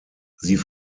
sie